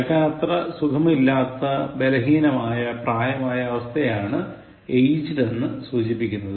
കേൾക്കാൻ അത്ര സുഖമില്ലാത്ത ബലഹീനമായ പ്രായമായ അവസ്ഥയെയാണ് aged എന്നത് സൂചിപ്പിക്കുന്നത്